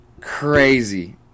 crazy